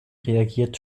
reagiert